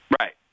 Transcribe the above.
Right